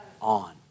on